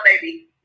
baby